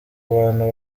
bantu